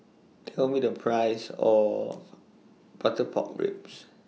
Tell Me The Price of Butter Pork Ribs